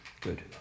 Good